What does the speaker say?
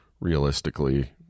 realistically